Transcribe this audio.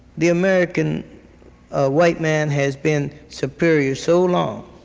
the american ah white man has been superior so long,